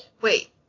Wait